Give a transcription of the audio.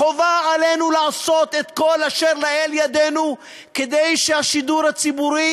חובה עלינו לעשות את כל אשר לאל ידנו כדי שהשידור הציבורי